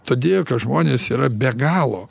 todėl kad žmonės yra be galo